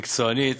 מקצוענית.